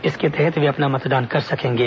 इसके तहत वे अपना मतदान कर सकेंगे